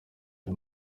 uyu